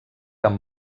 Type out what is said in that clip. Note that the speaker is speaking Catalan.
amb